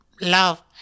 love